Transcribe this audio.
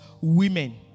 women